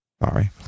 Sorry